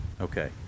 Okay